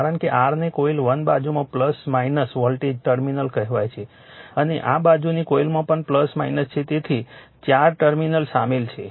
કારણ કે r ને કોઇલ 1 બાજુમાં વોલ્ટેજ ટર્મિનલ કહેવાય છે અને આ બાજુની કોઇલમાં પણ છે તેથી ચાર ટર્મિનલ સામેલ છે